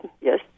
yes